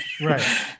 Right